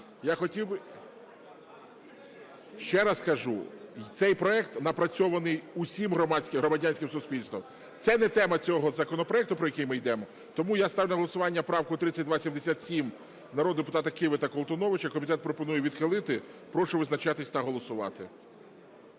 у залі) Ще раз кажу: цей проект напрацьований усім громадянським суспільством. Це не тема цього законопроекту, про який ми йдемо. Тому я ставлю правку 3277 народного депутата Киви та Колтуновича. Комітет пропонує відхилити. Прошу визначатись та голосувати.